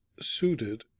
suited